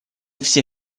все